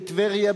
בטבריה,